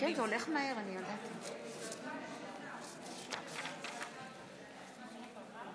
מצביע אורלי לוי אבקסיס, אינה נוכחת יריב לוין,